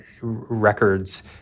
records